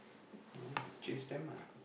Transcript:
yeah chase them ah